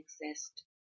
exist